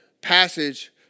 passage